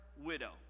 widow